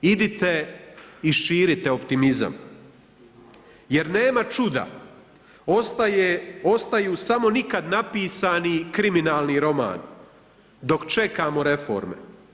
Idite i širite optimizam jer nema čuda, ostaju samo nikad napisani kriminalni roman dok čekamo reforme.